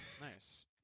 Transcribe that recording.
nice